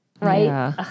right